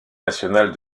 nationale